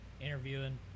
interviewing